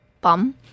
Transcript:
bum